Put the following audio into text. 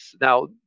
Now